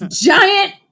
giant